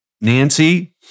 Nancy